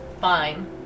Fine